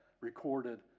recorded